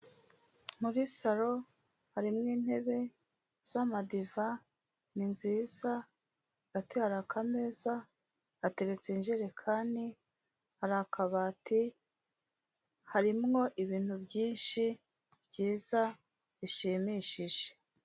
Muri saro, harimo intebe z'amadiva, ni nziza, hagati hari akameza,, hateretse injerekani, hari akabati, harimo ibintu byinshi byiza, bishimishije.